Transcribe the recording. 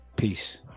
Peace